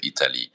Italy